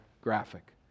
graphic